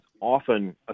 often